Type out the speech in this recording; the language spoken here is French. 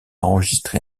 enregistré